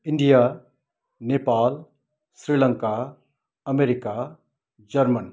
India Nepal Sri Lanka America German